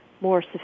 more